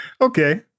Okay